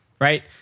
right